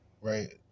right